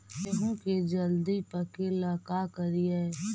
गेहूं के जल्दी पके ल का करियै?